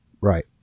Right